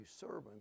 servants